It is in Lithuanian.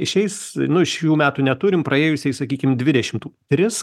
šiais nu šių metų neturim praėjusiais sakykim dvidešimt tris